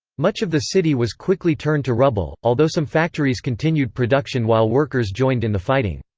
much of the city was quickly turned to rubble, although some factories continued production while workers joined in the fighting.